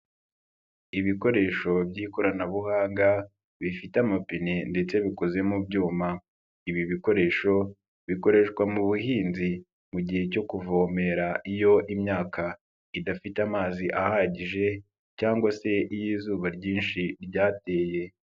Ibikoresho by'ikoranabuhanga bifite amapine ndetse bikozemu byuma. Ibi bikoresho bikoreshwa mu buhinzi mu gihe cyo kuvomera iyo imyaka idafite amazi ahagije cyangwa se iy'izuba ryinshi ryateye.